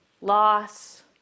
loss